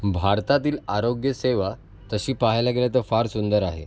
भारतातील आरोग्यसेवा तशी पाहायला गेलं तर फार सुंदर आहे